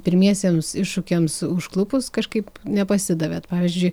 pirmiesiems iššūkiams užklupus kažkaip nepasidavėt pavyzdžiui